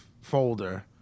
folder